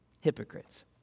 Hypocrites